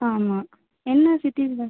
ஆமாம் என்ன சிட்டிஸில்